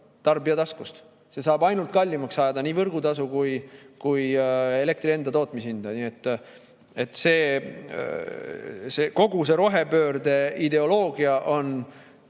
Tarbija taskust. See saab ainult kallimaks ajada nii võrgutasu kui elektri tootmise hinda. Nii et kogu see rohepöörde ideoloogia on